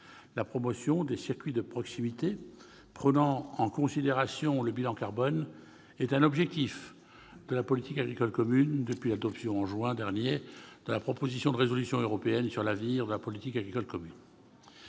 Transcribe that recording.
La promotion des circuits de proximité, prenant en considération le bilan carbone, est un objectif de la PAC depuis l'adoption, en juin dernier, de la proposition de résolution européenne sur l'avenir de la politique agricole commune.